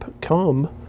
come